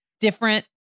different